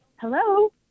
Hello